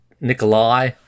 Nikolai